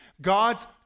God's